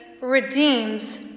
redeems